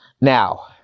Now